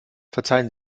verzeihen